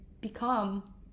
become